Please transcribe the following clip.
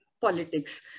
politics